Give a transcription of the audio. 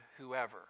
whoever